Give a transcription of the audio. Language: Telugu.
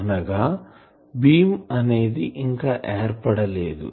అనగా బీమ్ అనేది ఇంకా ఏర్పడలేదు